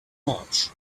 march